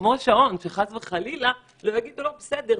כמו שעון כדי שחס וחלילה לא יגידו: בסדר,